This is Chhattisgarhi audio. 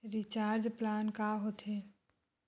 रिचार्ज प्लान का होथे?